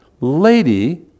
lady